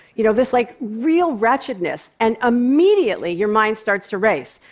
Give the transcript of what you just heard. you know, this like real wretchedness, and immediately, your mind starts to race.